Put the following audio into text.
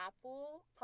Apple